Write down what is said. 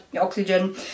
oxygen